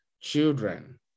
children